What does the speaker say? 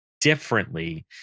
differently